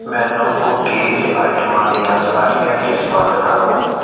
ਮੈਨੂੰ ਕੂਕੀਜ਼ ਆਈਟਮਾਂ ਦੀਆਂ ਸਾਰੀਆਂ ਕਿਸਮਾਂ ਦਿਖਾਓ